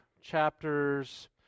chapters